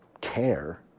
care